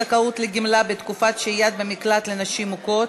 זכאות לגמלה בתקופת שהייה במקלט לנשים מוכות),